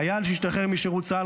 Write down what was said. חייל שהשתחרר משירות צה"ל,